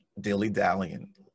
dilly-dallying